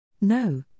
No